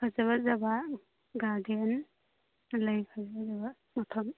ꯐꯖ ꯐꯖꯕ ꯒꯥꯔꯗꯦꯟ ꯂꯩ ꯐꯖ ꯐꯖꯕ ꯃꯐꯝ